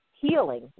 healing